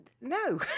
no